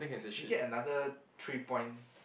you get another three point